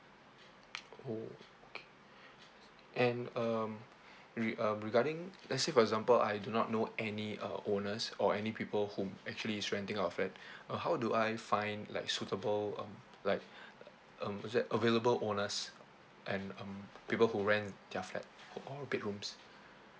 oh K and um re~ um regarding let's say for example I do not know any uh owners or any people whom actually is renting out a flat uh how do I find like suitable um like um is that available owners and um people who rent their flat or bedrooms